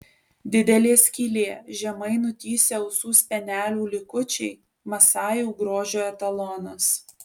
didelė skylė žemai nutįsę ausų spenelių likučiai masajų grožio etalonas